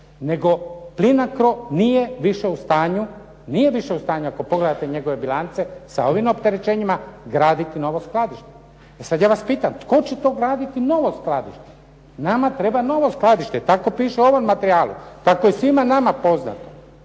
nego Plinacro nije više u stanju ako pogledate njegove bilance sa ovim opterećenjima graditi novo skladište. E sad ja vas pitam tko će to graditi novo skladište. Nama treba novo skladište, tako piše u ovom materijalu. Tako je svima nama poznato.